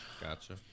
gotcha